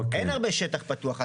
אין הרבה שטח פתוח.